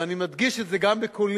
ואני מדגיש את זה גם בקולי,